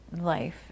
life